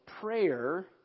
prayer